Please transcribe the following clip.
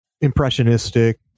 impressionistic